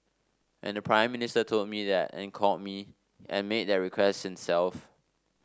and the Prime Minister told me that and called me and made that request himself